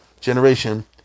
generation